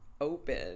open